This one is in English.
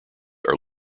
are